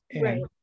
Right